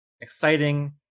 exciting